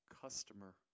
customer